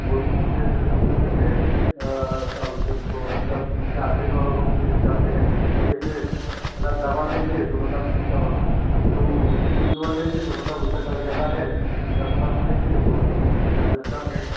बोलिए फिर अब तो देखिए क्या बोलते हैं उसको मतलब चार्जेस और रूम के हिसाब से है अब देखिए अगर डबल लेंगे तो मतलब क्या बोलते हैं उसको टू टू इन वन लेंगे तो मतलब उसका थोड़ा ज़्यादा है अगर फर्स्ट लेंगे तो उसका चार्जेस कम है